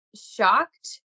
shocked